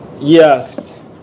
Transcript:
Yes